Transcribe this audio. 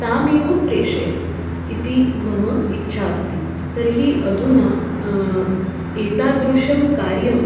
तामेव प्रेषयतु इति मम इच्छा अस्ति तर्हि अधुना एतादृशं कार्यम्